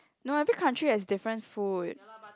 no every country has different food